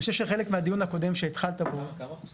אני חושב שחלק מהדיון הקודם שהתחלת פה, אני חושב